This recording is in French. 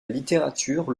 littérature